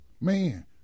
man